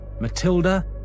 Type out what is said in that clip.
Matilda